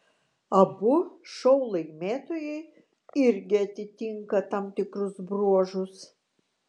abu šou laimėtojai irgi atitinka tam tikrus bruožus